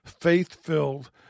Faith-filled